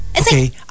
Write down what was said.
Okay